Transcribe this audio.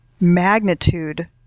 magnitude